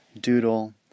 doodle